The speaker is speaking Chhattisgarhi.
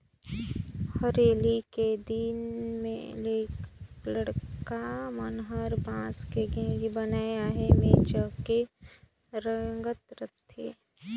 हरेली के दिन लइका मन हर बांस के गेड़ी बनायके आही मे चहके रेंगत रथे